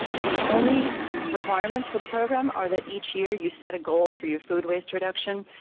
the only requirements for the program are that each year you set a goal for your food waste reduction.